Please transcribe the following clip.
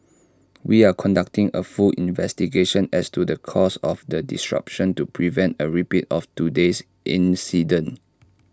we are conducting A full investigation as to the cause of the disruption to prevent A repeat of today's incident